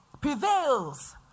prevails